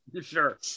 sure